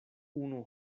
unu